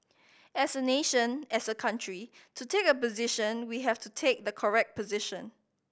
as a nation as a country to take a position we have to take the correct position